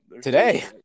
Today